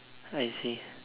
I see